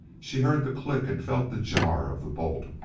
she heard the click and felt the jar of the bolt.